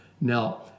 Now